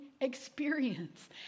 experience